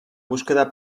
búsqueda